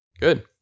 Good